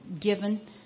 given